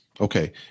Okay